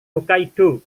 hokkaido